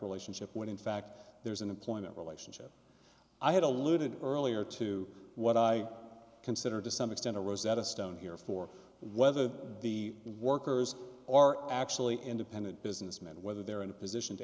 relationship when in fact there is an employment relationship i had alluded earlier to what i consider to some extent a rosetta stone here for whether the workers are actually independent businessmen whether they're in a position to